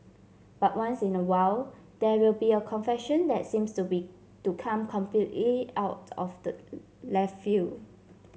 but once in a while there will be a confession that seems to be to come completely out of the left field